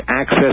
access